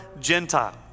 Gentile